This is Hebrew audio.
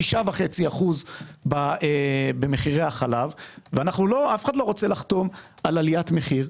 של 6.5% במחירי החלב אף אחד לא רוצה לחתום על עליית מחיר.